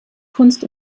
kunst